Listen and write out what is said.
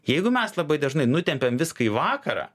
jeigu mes labai dažnai nutempiam viską į vakarą